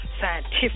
scientific